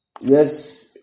yes